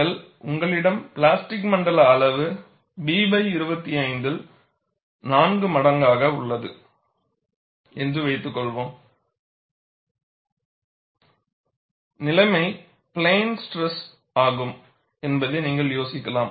நீங்கள் உங்களிடம் பிளாஸ்டிக் மண்டல அளவு B 25 ல் 4 மடங்கு அதிகமாக உள்ளது என்று வைத்துக்கொள்வோம் நிலைமை பிளேன் ஸ்ட்ரெஸ் ஆகும் என்பதை நீங்கள் யோசிக்கலாம்